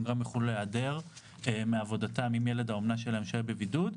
הם גם יוכלו להיעדר מעבודתם אם ילד האומנה שלהם שוהה בבידוד.